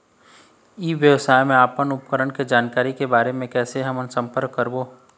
ई व्यवसाय मा अपन उपकरण के जानकारी के बारे मा कैसे हम संपर्क करवो?